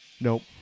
Nope